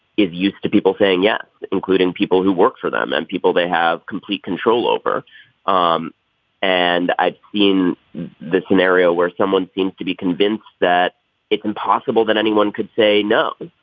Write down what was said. is used to people saying yes including people who work for them and people they have complete control over um and i've seen the scenario where someone seems to be convinced that it's impossible that anyone could say no.